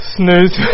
snooze